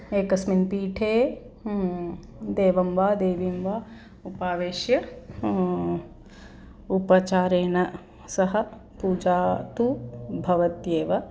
एकस्मिन् पीठे देवं वा देवीं वा उपावेष्य उपचारेण सह पूजा तु भवत्येव